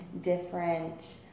different